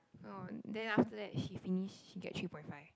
oh then after that she finish she get three point five